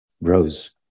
rose